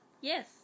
Yes